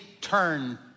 turn